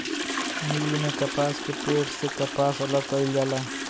मिल में कपास के पेड़ से कपास अलग कईल जाला